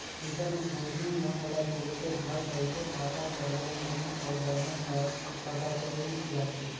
internet banking में ओला तुरते घर बइठे खाता कर लेन देन अउ बैलेंस हर पता चइल जाथे